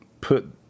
put